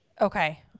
Okay